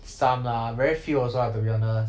some lah very few also ah to be honest